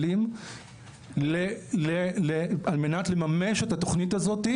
שקלים על מנת לממש את התוכנית הזאת,